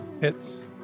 Hits